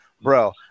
Bro